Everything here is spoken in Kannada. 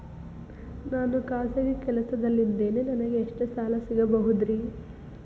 ನಾನು ಖಾಸಗಿ ಕೆಲಸದಲ್ಲಿದ್ದೇನೆ ನನಗೆ ಎಷ್ಟು ಸಾಲ ಸಿಗಬಹುದ್ರಿ?